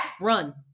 run